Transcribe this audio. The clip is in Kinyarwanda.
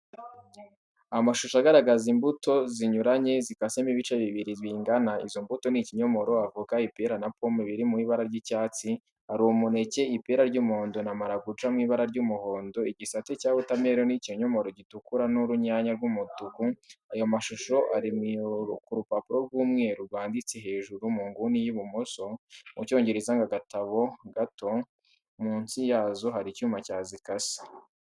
Amashusho agaragaza imbuto zinyuranye zikasemo ibice bibiri bingana. Izo mbuto ni ikinyomoro, avoka, ipera na pome biri mu ibara ry'icyatsi, hari umuneke, ipera ry'umuhondo na marakuja mu ibara n'umuhondo, igisate cya wotameroni, ikinyomoro gitukura n'urunyanya by'umutuku. Ayo mashusho ari ku rupapuro rw'umweru rwanditseho hejuru mu nguni y'ibumoso, mu cyongereza ngo "Agatabo gato". Munsi yazo hari icyuma cyazikase.